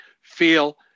feel